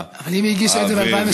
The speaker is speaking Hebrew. אבל אם היא הגישה את זה ב-2016?